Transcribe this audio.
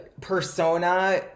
persona